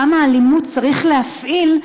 כמה אלימות צריך להפעיל,